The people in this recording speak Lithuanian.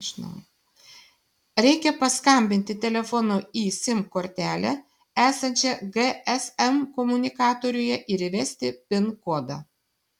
reikia paskambinti telefonu į sim kortelę esančią gsm komunikatoriuje ir įvesti pin kodą